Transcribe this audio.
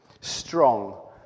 Strong